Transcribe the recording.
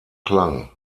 klang